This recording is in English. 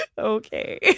Okay